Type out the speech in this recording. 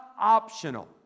optional